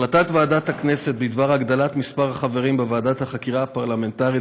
החלטת ועדת הכנסת בדבר הגדלת מספר החברים בוועדת החקירה הפרלמנטרית